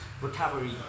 recovery